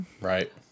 Right